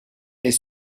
est